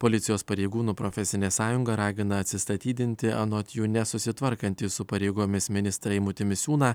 policijos pareigūnų profesinė sąjunga ragina atsistatydinti anot jų nesusitvarkantį su pareigomis ministrą eimutį misiūną